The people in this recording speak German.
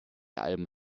alben